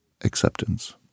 acceptance